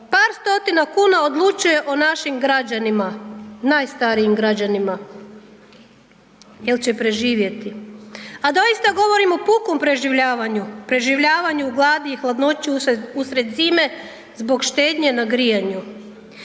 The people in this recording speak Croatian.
Par stotina kuna odlučuje o našim građanima, najstarijim građanima jel će preživjeti a doista govorim o pukom preživljavanju, preživljavanju, gladi i hladnoći usred zime zbog štednje na grijanju.